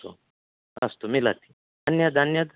अस्तु मिलति अन्यत् अन्यत्